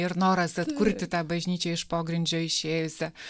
ir noras atkurti tą bažnyčią iš pogrindžio išėjusią